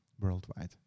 worldwide